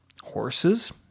Horses